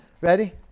Ready